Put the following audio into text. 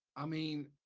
i mean,